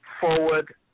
Forward